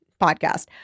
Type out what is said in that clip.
podcast